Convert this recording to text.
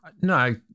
no